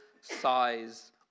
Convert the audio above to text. size